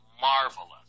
marvelous